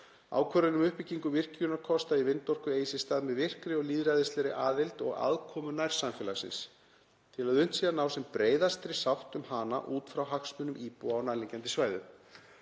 „Ákvörðun um uppbyggingu virkjunarkosta í vindorku eigi sér stað með virkri og lýðræðislegri aðild og aðkomu nærsamfélagsins til að unnt sé að ná sem breiðastri sátt um hana út frá hagsmunum íbúa á nærliggjandi svæðum.“